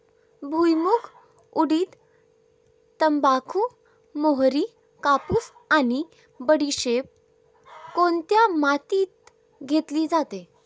भुईमूग, उडीद, तंबाखू, मोहरी, कापूस आणि बडीशेप कोणत्या मातीत घेतली जाते?